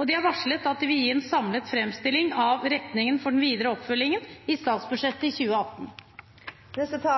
og den har varslet at den vil gi en samlet framstilling av retningen for den videre oppfølgingen i statsbudsjettet for 2018. Hvordan vi